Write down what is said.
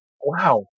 Wow